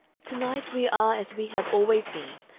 to-night we are as we have always been.